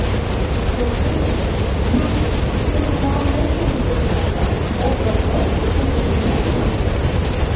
sakau jūs pirma nekentėt manęs o dabar turbūt ir niekinate